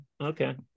Okay